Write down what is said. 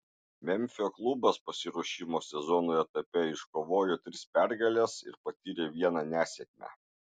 memfio klubas pasiruošimo sezonui etape iškovojo tris pergales ir patyrė vieną nesėkmę